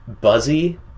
Buzzy